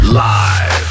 live